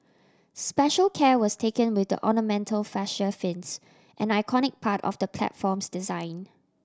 special care was taken with the ornamental fascia fins an iconic part of the platform's design